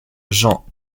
jean